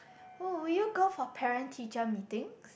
oh would you go for parent teacher meetings